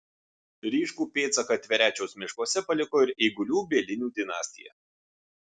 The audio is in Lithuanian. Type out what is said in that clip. ryškų pėdsaką tverečiaus miškuose paliko ir eigulių bielinių dinastija